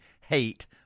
hate